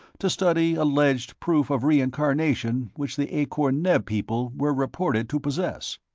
to study alleged proof of reincarnation which the akor-neb people were reported to possess.